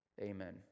amen